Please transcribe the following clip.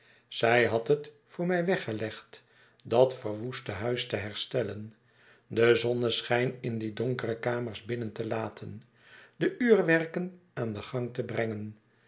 zij had het voor mij weggelegd dat verwoeste huis te herstellen den zonneschyn in die donkere kamers binnen te laten de uurwerken aan den gang te brengen